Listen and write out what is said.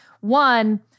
One